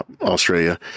Australia